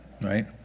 Right